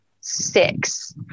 six